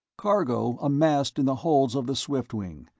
cargo amassed in the holds of the swiftwing,